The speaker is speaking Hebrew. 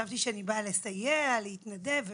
חשבתי שאני באה לסייע, להתנדב.